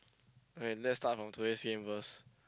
and let's start from today's game first